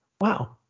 wow